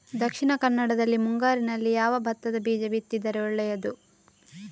ದಕ್ಷಿಣ ಕನ್ನಡದಲ್ಲಿ ಮುಂಗಾರಿನಲ್ಲಿ ಯಾವ ಭತ್ತದ ಬೀಜ ಬಿತ್ತಿದರೆ ಒಳ್ಳೆಯದು?